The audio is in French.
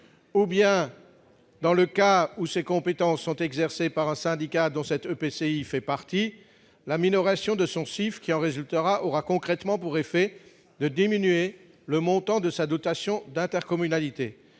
ou bien dans le cas où ces compétences sont exercées par un syndicat dont cet EPCI fait partie, la minoration de son CIF qui en résultera aura concrètement pour effet de diminuer le montant de sa dotation d'intercommunalité.